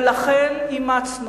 ולכן אימצנו,